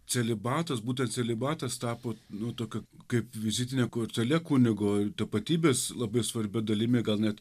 celibatas būtent celibatas tapo nu tokio kaip vizitine kortele kunigo tapatybės labai svarbia dalimi gal net